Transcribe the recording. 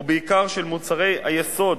ובעיקר של מוצרי היסוד,